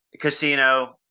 Casino